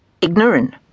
Ignorant